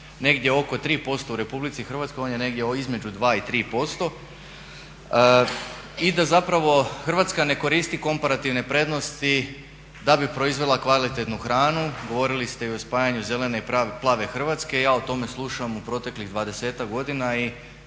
negdje oko 3% u RH, on je negdje između 2 i 3%, i da zapravo Hrvatska ne koristi komparativne prednosti da bi proizvela kvalitetnu hranu. Govorili ste i o spajanju zelene i plave Hrvatske, ja o tome slušam u proteklih 20-ak godina i